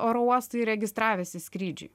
oro uostą ir registravęsis skrydžiui